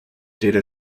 data